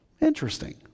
Interesting